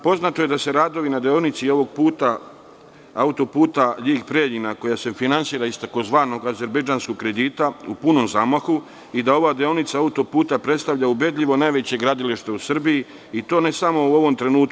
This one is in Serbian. Poznato je da su radovi na deonici autoputa Ljig-Preljina, koja se finansira iz tzv. azerbejdžanskog kredita, u punom zamahu i da ova deonica autoputa predstavlja ubedljivo najveće gradilište u Srbiji, i to ne samo u ovom trenutku.